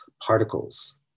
particles